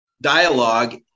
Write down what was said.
dialogue